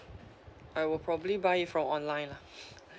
I will probably buy from online lah